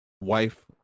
wife